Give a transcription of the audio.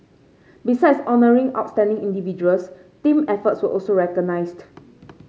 besides honouring outstanding individuals team efforts were also recognised